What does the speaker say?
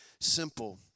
simple